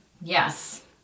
Yes